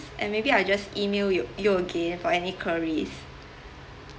and maybe I'll just email yo~ you again for any queries